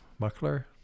Muckler